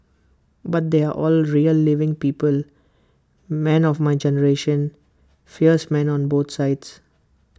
but they are all real living people men of my generation fierce men on both sides